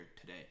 today